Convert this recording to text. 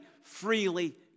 freely